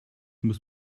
muss